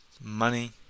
money